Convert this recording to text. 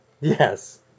Yes